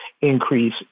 increase